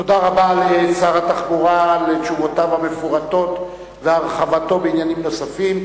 תודה רבה לשר התחבורה על תשובותיו המפורטות והרחבתו בעניינים נוספים.